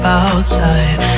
outside